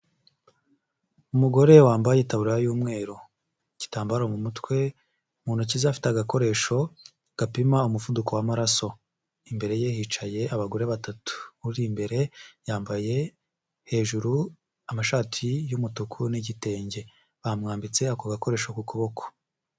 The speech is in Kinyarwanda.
Umugore wambaye itaburiya y'umweru, igitambaro mu mutwe, mu ntoki ze afite agakoresho gapima umuvuduko w'amaraso, imbere ye hicaye abagore batatu uri imbere yambaye hejuru amashati y'umutuku n'igitenge, bamwambitse ako gakoresho ku kuboko.